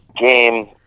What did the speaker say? game